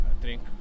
drink